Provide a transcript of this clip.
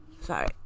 Sorry